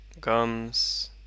gums